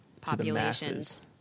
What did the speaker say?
populations